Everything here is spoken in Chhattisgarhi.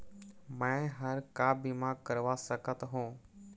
मैं हर का बीमा करवा सकत हो?